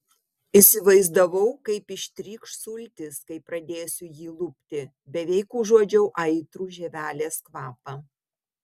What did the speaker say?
įsivaizdavau kaip ištrykš sultys kai pradėsiu jį lupti beveik užuodžiau aitrų žievelės kvapą